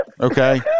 Okay